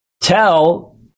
tell